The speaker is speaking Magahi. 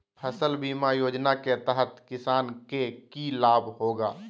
फसल बीमा योजना के तहत किसान के की लाभ होगा?